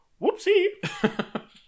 whoopsie